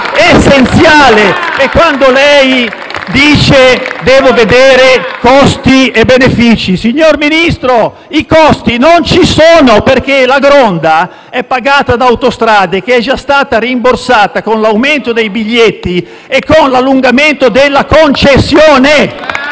essenziale! E, quando lei dice che deve vedere i costi e i benefici, signor Ministro, i costi non ci sono, perché la Gronda è pagata dalla Società autostrade, che è già stata rimborsata con l'aumento dei biglietti e con l'allungamento della concessione.